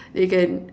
they can